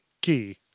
key